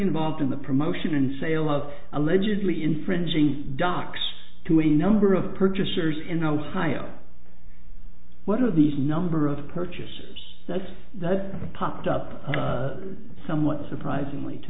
involved in the promotion and sale of allegedly infringing docs to a number of purchasers in ohio what are these number of purchasers says that popped up somewhat surprisingly to